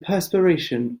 perspiration